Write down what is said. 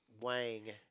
wang